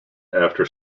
after